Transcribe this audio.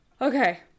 Okay